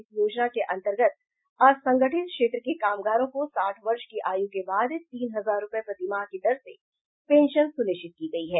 इस योजना के अंतर्गत असंगठित क्षेत्र के कामगारों को साठ वर्ष की आयु के बाद तीन हजार रुपये प्रतिमाह की दर से पेंशन सुनिश्चित की गई है